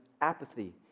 apathy